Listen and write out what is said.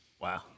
wow